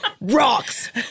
rocks